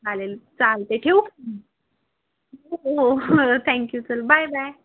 चालेल चालते ठेवू हो हो हो हं थँक्यू चल बाय बाय